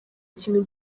ikintu